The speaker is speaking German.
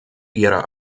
ihrer